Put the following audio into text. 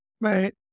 Right